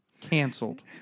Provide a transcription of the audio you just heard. canceled